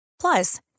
Plus